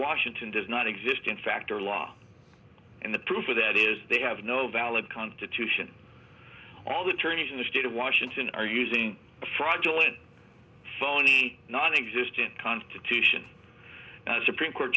washington does not exist in fact or law and the proof of that is they have no valid constitution all the tourney's in the state of washington are using fraudulent phony nonexistent constitution supreme court